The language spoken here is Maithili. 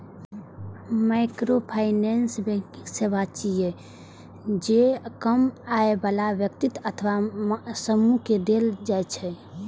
माइक्रोफाइनेंस बैंकिंग सेवा छियै, जे कम आय बला व्यक्ति अथवा समूह कें देल जाइ छै